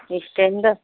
standard